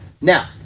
Now